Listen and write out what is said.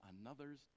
another's